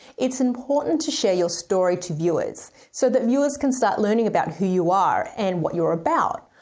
it's important to share your story to viewers so that viewers can start learning about who you are and what you're about.